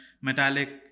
metallic